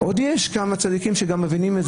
עוד יש כמה צדיקים שגם מבינים,